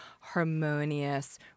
harmonious